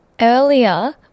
earlier